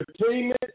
Entertainment